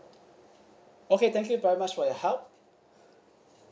okay thank you very much for your help